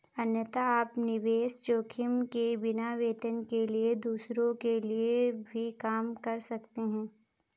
अन्यथा, आप निवेश जोखिम के बिना, वेतन के लिए दूसरों के लिए भी काम कर सकते हैं